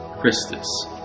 Christus